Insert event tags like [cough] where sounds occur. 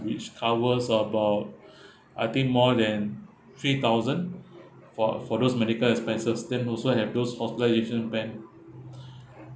which covers about [breath] I think more than three thousand for for those medical expenses then also have those other insurance plan